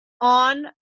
on